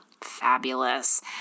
Fabulous